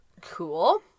Cool